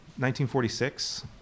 1946